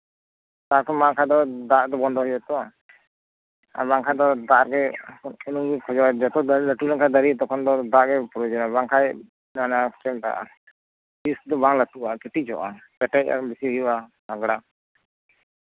ᱥᱟᱨᱠᱚᱢ ᱮᱢᱟᱜ ᱠᱷᱟᱱ ᱫᱚ ᱫᱟᱜ ᱛᱚ ᱵᱚᱱᱫᱚᱭ ᱦᱩᱭᱩᱜᱼᱟᱛᱚ ᱟᱨ ᱵᱟᱝᱠᱷᱟᱱ ᱫᱚ ᱫᱟᱜ ᱨᱮ ᱡᱚᱛᱚ ᱫᱟᱨᱮ ᱞᱟᱴᱩ ᱞᱮᱱᱠᱷᱟᱱ ᱫᱟᱨᱮ ᱛᱚᱠᱷᱚᱱ ᱫᱚ ᱫᱟᱜ ᱨᱮᱭᱟᱜ ᱯᱨᱚᱭᱳᱡᱚᱱᱚᱜᱼᱟ ᱵᱟᱝᱠᱷᱟᱱ ᱛᱤᱥ ᱜᱮ ᱵᱟᱝ ᱞᱟᱴᱩᱜᱼᱟ ᱠᱟᱹᱴᱤᱡᱚᱜᱼᱟ ᱠᱮᱴᱮᱡ ᱟᱨᱚ ᱵᱮᱹᱥᱤ ᱦᱩᱭᱩᱜᱼᱟ ᱛᱟᱜᱽᱲᱟ